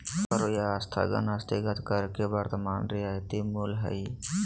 करों के स्थगन स्थगित कर के वर्तमान रियायती मूल्य हइ